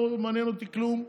לא מעניין אותי כלום,